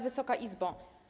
Wysoka Izbo!